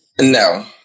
No